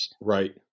Right